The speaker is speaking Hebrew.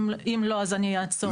אם לא, אז אני אעצור פה.